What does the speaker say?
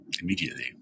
Immediately